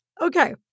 Okay